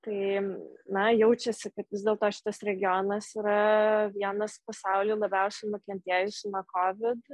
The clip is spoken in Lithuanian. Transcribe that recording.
tai na jaučiasi kad vis dėlto šitas regionas yra vienas pasauly labiausiai nukentėjusių nuo kovid